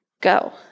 Go